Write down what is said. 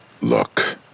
Look